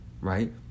right